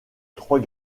trois